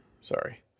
Sorry